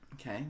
Okay